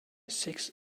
six